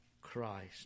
Christ